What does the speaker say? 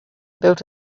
built